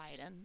Biden